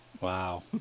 Wow